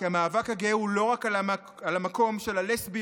כי המאבק הגאה הוא לא רק על המקום של הלסביות,